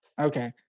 Okay